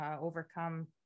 overcome